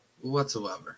whatsoever